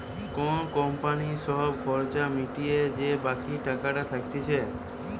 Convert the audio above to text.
কোন কোম্পানির সব খরচা মিটিয়ে যে বাকি টাকাটা থাকতিছে